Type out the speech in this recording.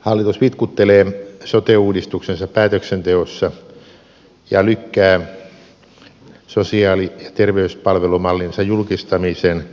hallitus vitkuttelee sote uudistuksensa päätöksenteossa ja lykkää sosiaali ja terveyspalvelumallinsa julkistamisen